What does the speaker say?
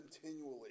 continually